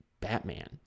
batman